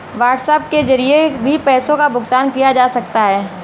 WhatsApp के जरिए भी पैसों का भुगतान किया जा सकता है